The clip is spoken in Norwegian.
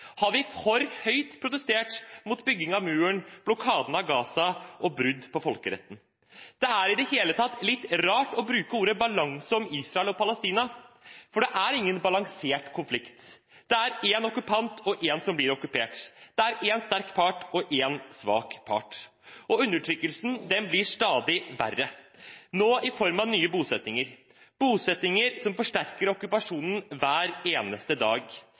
Har vi for høyt protestert mot bygging av muren, blokaden av Gaza og brudd på folkeretten? Det er i det hele tatt litt rart å bruke ordet «balanse» om Israel og Palestina, for det er ingen balansert konflikt. Det er én okkupant og én som blir okkupert. Det er én sterk part og én svak part. Og undertrykkelsen blir stadig verre, nå i form av nye bosettinger – bosettinger som forsterker okkupasjonen hver eneste dag.